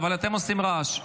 אבל אתם עושים רעש.